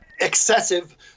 excessive